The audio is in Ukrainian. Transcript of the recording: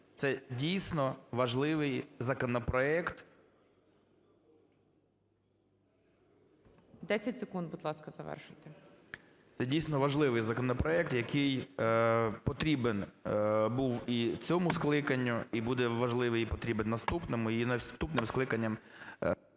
Це дійсно важливий законопроект… ГОЛОВУЮЧИЙ. 10 секунд, будь ласка, завершуйте. КАПЛІН С.М. Це, дійсно, важливий законопроект, який потрібен був і цьому скликанню, і буде важливий і потрібен наступному, і наступним скликанням…